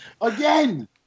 Again